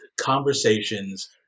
conversations